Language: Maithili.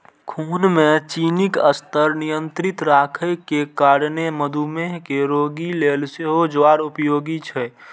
खून मे चीनीक स्तर नियंत्रित राखै के कारणें मधुमेह के रोगी लेल सेहो ज्वार उपयोगी छै